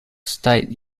state